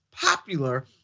popular